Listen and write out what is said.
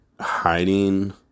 hiding